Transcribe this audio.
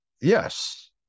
Yes